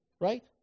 Right